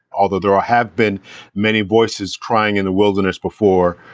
although there ah have been many voices crying in the wilderness before,